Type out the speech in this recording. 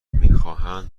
میخواهند